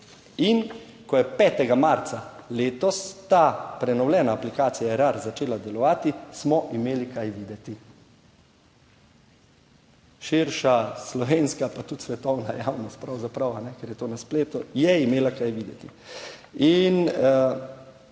In ko je 5. marca letos ta prenovljena aplikacija Erar začela delovati, smo imeli kaj videti. Širša slovenska, pa tudi svetovna javnost pravzaprav, a ne, ker je to na spletu, je imela kaj videti in